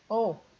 oh